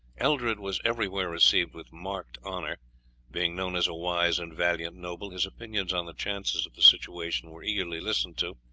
eldred was everywhere received with marked honour being known as a wise and valiant noble, his opinions on the chances of the situation were eagerly listened to,